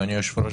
אדוני היושב-ראש,